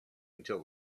until